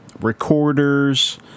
recorders